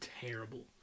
terrible